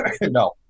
No